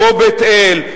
כמו בית-אל,